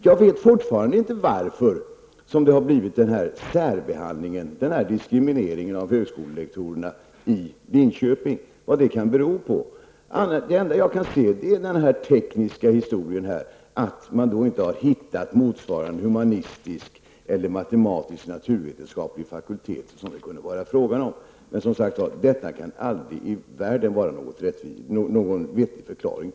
Jag vet fortfarande inte vad den här särbehandlingen, den här diskrimineringen, av högskolelektorerna i Linköping kan bero på. Det enda jag kan se är den tekniska historien, att man inte har hittat motsvarande humanistisk eller matematisk-naturvetenskaplig fakultet. Men, som sagt, detta kan aldrig i världen vara någon vettig förklaring.